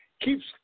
Keeps